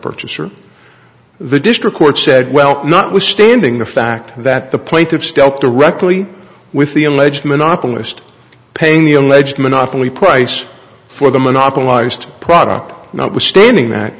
purchaser the district court said well notwithstanding the fact that the plaintiffs dealt directly with the alleged monopolist paying the alleged monopoly price for the monopolized product notwithstanding that